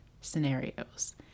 scenarios